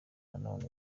nanone